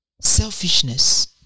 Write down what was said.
Selfishness